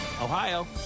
Ohio